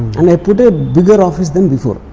and, i put a bigger office than before.